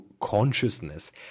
consciousness